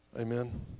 Amen